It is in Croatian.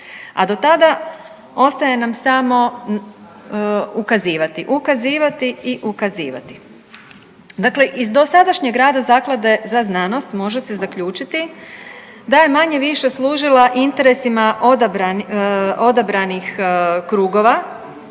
a do tada ostaje nam samo ukazivati, ukazivati i ukazivati. Dakle, iz dosadašnjeg rada Zaklade za znanost može se zaključiti da je manje-više služila interesima odabranih krugova